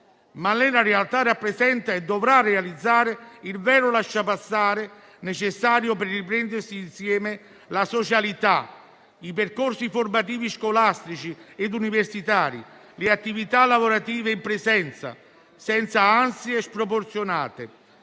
infatti esso rappresenta e dovrà realizzare il vero lasciapassare necessario per riprendersi insieme la socialità, i percorsi formativi scolastici e universitari, le attività lavorative in presenza, senza ansie sproporzionate